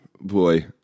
boy